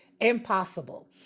impossible